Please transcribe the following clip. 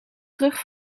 terug